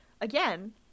again